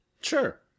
sure